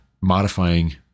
modifying